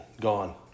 Gone